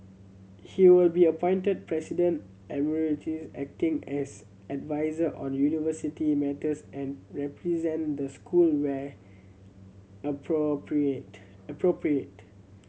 he will be appointed President Emeritus acting as adviser on university matters and represent the school where appropriate appropriate